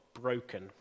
broken